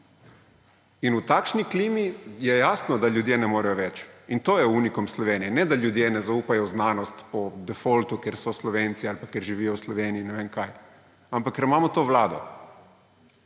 In v takšni klimi je jasno, da ljudje ne morejo več. In to je unikum Slovenije, ne da ljudje ne zaupajo v znanost po defaultu, ker so Slovenci ali pa ker živijo v Sloveniji in ne vem kaj, ampak ker imamo to vlado.